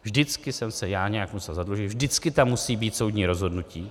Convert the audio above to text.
Vždycky jsem se já nějak musel zadlužit, vždycky tam musí být soudní rozhodnutí.